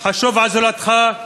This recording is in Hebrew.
חשוב על זולתך,